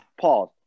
pause